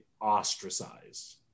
ostracized